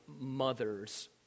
mother's